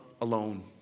alone